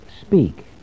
speak